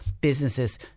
businesses